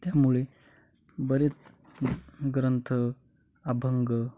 त्यामुळे बरेच ग्रंथ अभंग